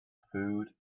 food